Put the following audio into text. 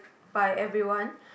by everyone